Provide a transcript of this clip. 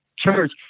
Church